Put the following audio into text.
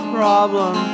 problem